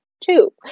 two